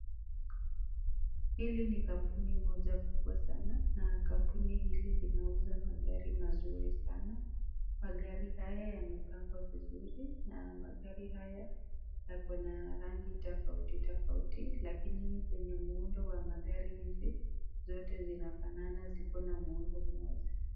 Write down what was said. Hili ni kampuni moja kubwa sana na kampuni hili linauza magari mazuri sana. Magari haya yamepangwa vizuri na magari haya yako na rangi tofauti tofauti lakini kwenye muundo wa magari hizi zote zinafanana ziko na muundo moja.